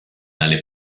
dalle